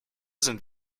sind